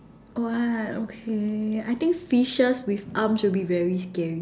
what okay I think fishes with arms will be very scary